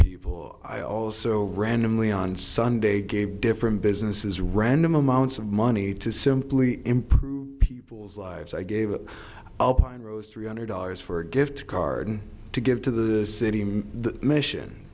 people i also randomly on sunday gave different businesses random amounts of money to simply improve people's lives i gave it all pyros three hundred dollars for a gift card to give to the city in the mission